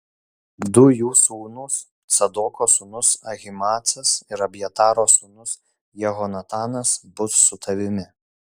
du jų sūnūs cadoko sūnus ahimaacas ir abjataro sūnus jehonatanas bus su tavimi